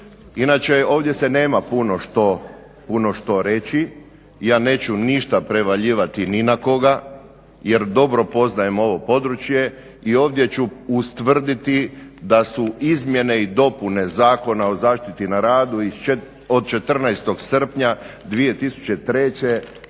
Inače, ovdje se nema puno što reći. Ja neću ništa prevaljivati ni na koga jer dobro poznajem ovo područje. I ovdje ću ustvrditi da su izmjene i dopune Zakona o zaštiti na radu od 14. srpnja 2003.